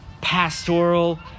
pastoral